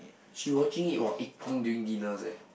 she watching it while eating during dinners eh